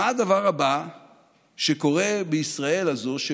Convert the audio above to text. מה הדבר הבא שקורה בישראל הזאת,